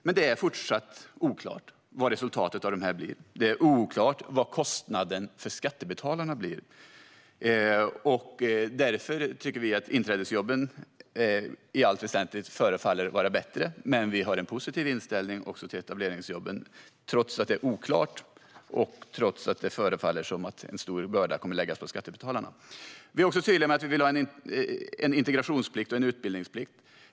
Det är dock fortsatt oklart vad resultatet av dem blir, och det är oklart vad kostnaden för skattebetalarna blir. Därför tycker vi att inträdesjobben i allt väsentligt förefaller vara bättre, men vi har en positiv inställning också till etableringsjobben - trots att det är oklart och trots att det förefaller som att en stor börda kommer att läggas på skattebetalarna. Vi är också tydliga med att vi vill ha en integrationsplikt och en utbildningsplikt.